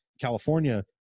California